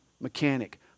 Mechanic